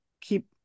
keep